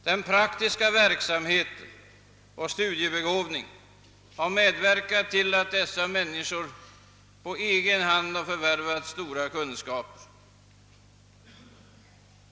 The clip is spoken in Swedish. Den praktiska verksamheten och studiebegåvningen har medverkat till att dessa människor på egen hand kunnat förvärva stora kunskaper.